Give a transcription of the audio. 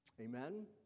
Amen